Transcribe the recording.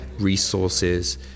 resources